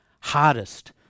hardest